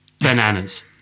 bananas